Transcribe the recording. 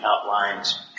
outlines